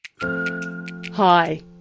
Hi